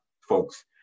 folks